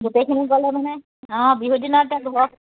গোটেইখিনি গ'লে মানে অঁ বিহুৰ দিনত এতিয়া